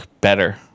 better